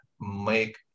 make